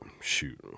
Shoot